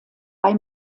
bei